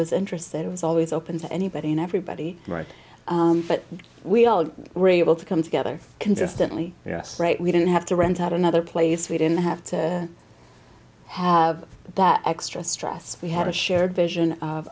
was interested it was always open to anybody and everybody right but we all were able to come together consistently yes right we didn't have to rent out another place we didn't have to have that extra stress we had a shared vision of